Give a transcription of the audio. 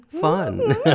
fun